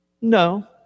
no